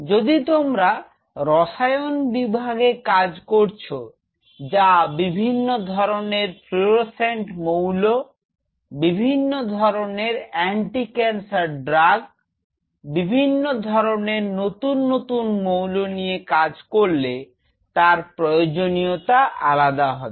যদি তোমরা রসায়ন বিভাগে কাজ করছ যা বিভিন্ন ধরনের ফ্লুরোসেন্ট মৌল বিভিন্ন ধরনের anti cancer ড্রাগ বিভিন্ন ধরনের নতুন নতুন মৌল নিয়ে কাজ করলে তার প্রয়োজনীয়তা আলাদা হবে